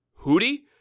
Hootie